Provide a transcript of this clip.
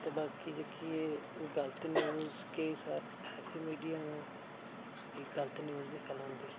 ते बाकी जेह्की ऐ गलत न्यूज केईं सारी ऐसी मिडिया न जेह्डे गल्त न्यूज बी फैलांदे